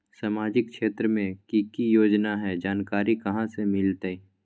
सामाजिक क्षेत्र मे कि की योजना है जानकारी कहाँ से मिलतै?